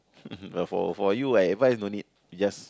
but for for you I advise no need just